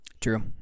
True